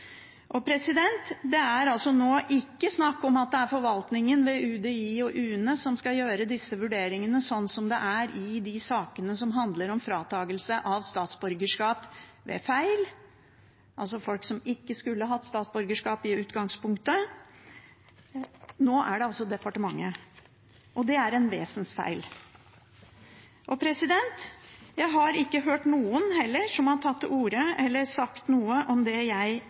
forvaltningen ved UDI og UNE som skal gjøre disse vurderingene, sånn som det er i de sakene som handler om fratakelse av statsborgerskap ved feil, altså folk som ikke skulle hatt statsborgerskap i utgangspunktet. Nå er det departementet. Og det er en vesentlig feil. Jeg har heller ikke hørt noen som har tatt til orde eller sagt noe om det jeg